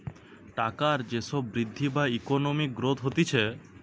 টাকার যে সব বৃদ্ধি বা ইকোনমিক গ্রোথ হতিছে